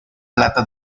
plata